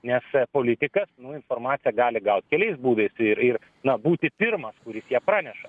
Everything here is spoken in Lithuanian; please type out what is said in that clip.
nes politikas nu informaciją gali gaut keliais būdais ir ir na būti pirmas kuris ją praneša